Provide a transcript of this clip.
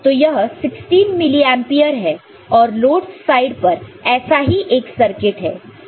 तो यह 16 मिलियम्पीयर है और लोड साइड पर ऐसा ही एक सर्किट है